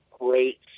great